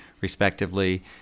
respectively